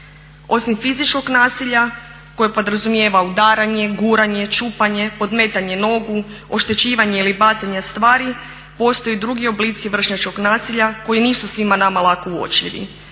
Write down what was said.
Osim fizičkog nasilja koje podrazumijeva udaranje, guranje, čupanje, podmetanje nogu, oštećivanje ili bacanja stvari postoje i drugi oblici vršnjačkog nasilja koji nisu svima nama lako uočljivi.